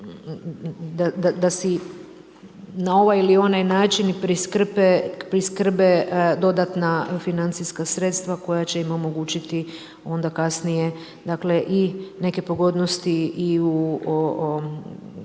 da si na ovaj ili onaj način priskrbe dodatna financijska sredstva koja će im omogućiti onda kasnije i neke pogodnosti i u